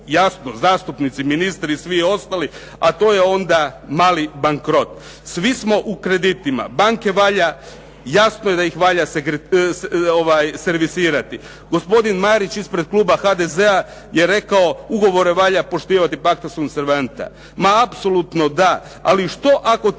jasno, zastupnici, ministri i svi ostali a to je onda mali bankrot. Svi smo u kreditima, banke valja, jasno da ih valja servisirati. Gospodin Marić ispred kluba HDZ-a je rekao ugovore valja poštivati, …/Govornik se ne razumije./…, ma apsolutno da, ali što ako ti